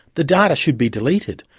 the data should be deleted,